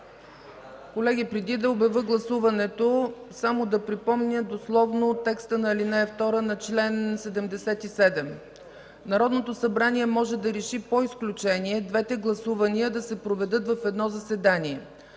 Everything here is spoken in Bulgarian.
Колеги, преди да обявя гласуването, да припомня дословно текста на чл. 77: „Народното събрание може да реши по изключение двете гласувания да се проведат в едно заседание.